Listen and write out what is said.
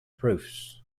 proofs